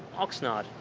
oxnard.